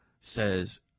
says